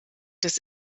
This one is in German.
des